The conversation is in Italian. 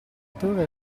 torre